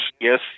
yes